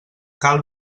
cal